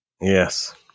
Yes